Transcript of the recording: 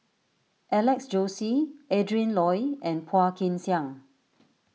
Alex Josey Adrin Loi and Phua Kin Siang